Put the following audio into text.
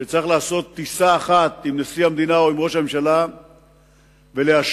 שצריך לעשות טיסה אחת עם נשיא המדינה או עם ראש